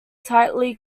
tightly